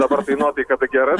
dabar tai nuotaika tai gera